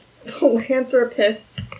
philanthropists